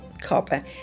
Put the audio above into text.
copper